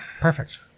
perfect